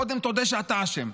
קודם תודה שאתה אשם,